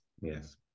yes